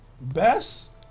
best